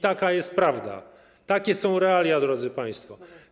Taka jest prawda, takie są realia, drodzy państwo.